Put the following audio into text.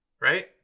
right